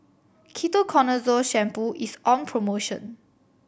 Ketoconazole Shampoo is on promotion